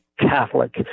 Catholic